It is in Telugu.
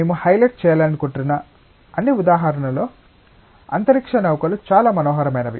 మేము హైలైట్ చేయాలనుకుంటున్న అన్ని ఉదాహరణలలో అంతరిక్ష నౌకలు చాలా మనోహరమైనవి